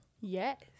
Yes